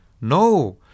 No